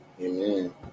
amen